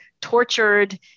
tortured